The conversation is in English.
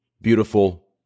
Beautiful